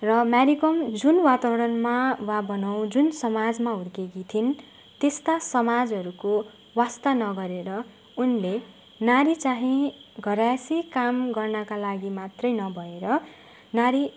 र म्यारी कम जुन वातावरणमा वा भनौँ जुन समाजमा हुर्किएकी थिइन् त्यस्ता समाजहरूको वास्ता नगरेर उनले नारी चाहिँ घरायसी काम गर्नका लागि मात्रै नभएर नारी